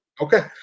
Okay